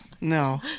No